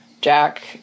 Jack